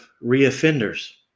re-offenders